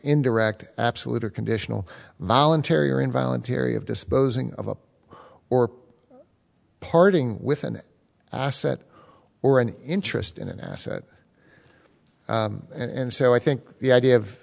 indirect absolute or conditional voluntary or involuntary of disposing of up or parting with an asset or an interest in an asset and so i think the idea of